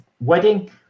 wedding